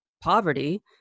poverty